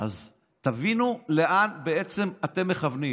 אז תבינו לאן בעצם אתם מכוונים.